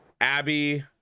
Abby